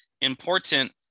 important